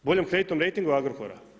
Boljem kreditnom rejtingu Agrokora?